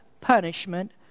punishment